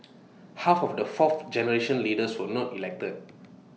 half of the fourth generation leaders were not elected